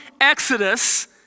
exodus